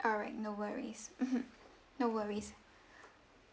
alright no worries mmhmm no worries